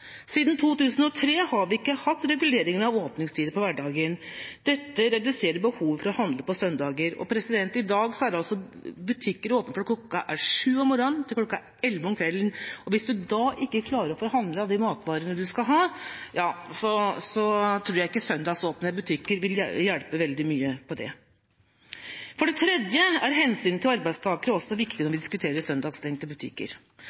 Siden 2003 har vi ikke hatt reguleringer av åpningstider på hverdager. Dette reduserer behovet for å handle på søndager. I dag er altså butikker åpne fra klokken er 07.00 om morgenen til kl. 23.00 om kvelden. Hvis man da ikke klarer å få handlet de matvarene man skal ha, tror jeg ikke søndagsåpne butikker vil hjelpe veldig mye på det. For det tredje er hensynet til arbeidstakerne også viktig når vi diskuterer søndagsstengte butikker.